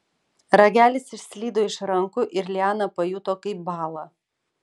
ragelis išslydo iš rankų ir liana pajuto kaip bąla